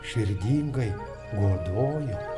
širdingai godojo